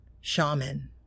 shaman